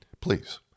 please